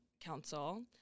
council